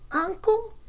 uncle,